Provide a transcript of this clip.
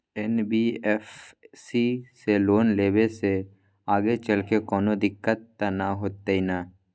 NBFC से loan लेबे से आगेचलके कौनो दिक्कत त न होतई न?